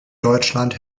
deutschland